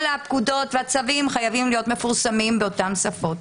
הפקודות והצווים חייבים להיות מפורסמים באותן שפות.